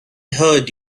heard